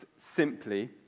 simply